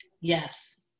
Yes